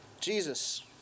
Jesus